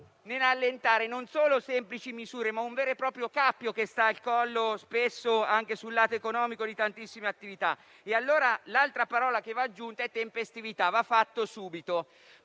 nell'allentare non solo semplici misure, ma un vero e proprio cappio che sta al collo, spesso anche sul lato economico, di tantissime attività. Un'altra parola che va aggiunta è «tempestività»: questo va fatto subito